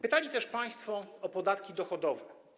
Pytali też państwo o podatki dochodowe.